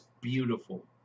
beautiful